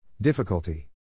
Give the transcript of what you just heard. Difficulty